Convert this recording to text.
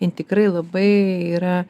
in tikrai labai yra